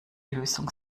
lösung